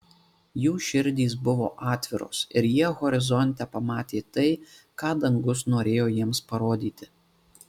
jų širdys buvo atviros ir jie horizonte pamatė tai ką dangus norėjo jiems parodyti